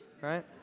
right